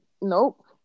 nope